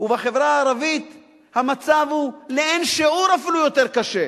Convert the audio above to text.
ובחברה הערבית המצב הוא לאין שיעור אפילו יותר קשה,